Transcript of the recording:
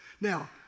Now